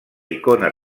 icona